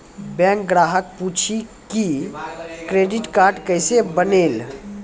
Bank ग्राहक पुछी की क्रेडिट कार्ड केसे बनेल?